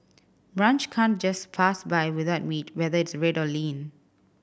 brunch can't just pass by without meat whether it's red or lean